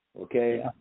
Okay